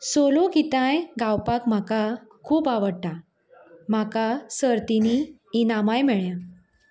solo गितांय गावपाक म्हाका खूब आवडटा म्हाका सर्तींनी इनामांय मेळ्या